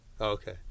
okay